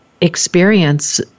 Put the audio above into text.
experience